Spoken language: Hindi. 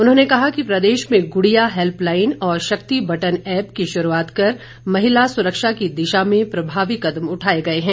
उन्होंने कहा कि प्रदेश में गुड़िया हैल्पलाईन और शक्ति बटन ऐप की शुरूआत कर महिला सुरक्षा की दिशा में प्रभावी कदम उठाए गए हैं